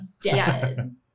dead